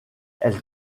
elle